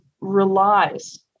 relies